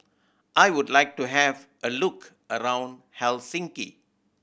I would like to have a look around Helsinki